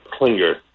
clinger